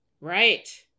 Right